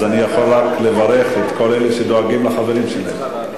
אני יכול רק לברך את כל אלה שדואגים לחברים שלהם.